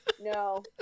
no